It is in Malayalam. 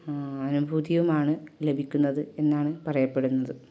അനുഭൂതിയുമാണ് ലഭിക്കുന്നത് എന്നാണ് പറയപ്പെടുന്നത്